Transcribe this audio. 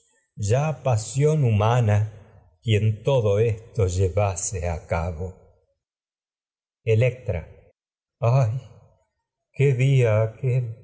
ya pasión humana quien todo esto llevase a cabo electra mí ay qué días día aquel